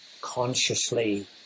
consciously